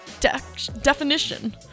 definition